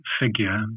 figure